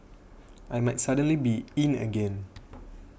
I might suddenly be in again